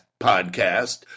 podcast